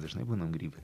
dažnai būnam grybai